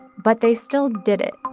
but they still did it